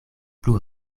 plu